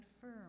firm